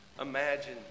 Imagine